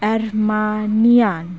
Armenian